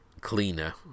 cleaner